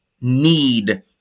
need